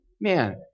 man